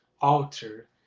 alter